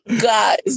Guys